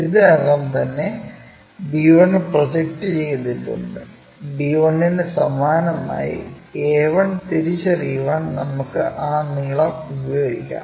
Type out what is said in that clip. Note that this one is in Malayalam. ഇതിനകം തന്നെ b1 പ്രൊജക്റ്റ് ചെയ്തിട്ടുണ്ട് b1 നു സമാനമായി a1 തിരിച്ചറിയാൻ നമുക്ക് ആ നീളം ഉപയോഗിക്കാം